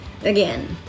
again